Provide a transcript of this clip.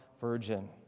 virgin